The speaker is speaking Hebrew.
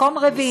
מקום רביעי,